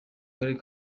karere